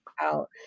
out